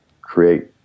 create